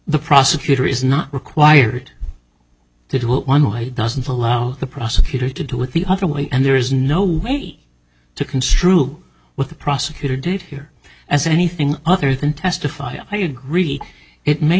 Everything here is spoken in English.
the prosecutor is not required to do it one way doesn't allow the prosecutor to do with the other way and there is no me to construe what the prosecutor did here as anything other than testify i agree it may